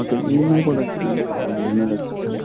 okay మేము తెచ్చుకుంటాం అండి మేము తెచ్చుకుంటాం